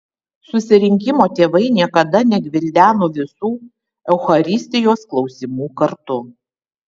susirinkimo tėvai niekada negvildeno visų eucharistijos klausimų kartu